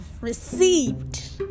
received